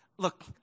Look